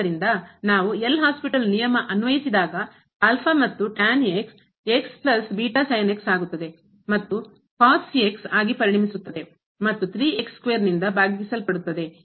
ಆದ್ದರಿಂದ ನಾವು L Hospital's ನಿಯಮ ಮತ್ತು ಆಗುತ್ತದೆ ಮತ್ತು ಆಗಿ ಪರಿಣಮಿಸುತ್ತದೆ ಮತ್ತು ನಿಂದ ಭಾಗಿಸಲ್ಪಡುತ್ತದೆ